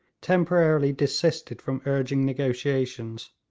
temporarily desisted from urging negotiations.